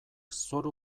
zoru